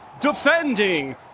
Defending